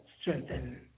strengthen